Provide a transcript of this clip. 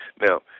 Now